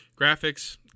graphics